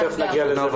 תכף נגיע לזה.